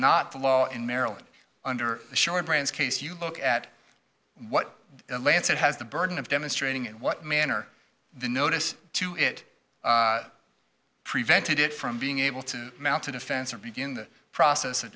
not the law in maryland under the short branch case you look at what lance said has the burden of demonstrating in what manner the notice to it prevents it from being able to mount a defense or begin the process of